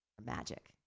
magic